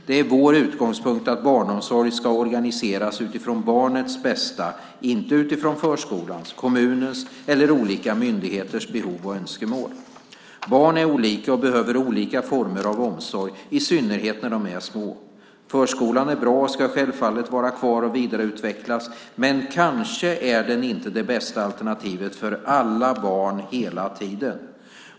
Det är vår utgångspunkt att barnomsorg ska organiseras utifrån barnets bästa - inte utifrån förskolans, kommunens eller olika myndigheters behov och önskemål. Barn är olika och behöver olika former av omsorg, i synnerhet när de är små. Förskolan är bra och ska självfallet vara kvar och vidareutvecklas. Men kanske är den inte det bästa alternativet för alla barn hela tiden.